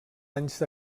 anys